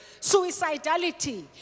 Suicidality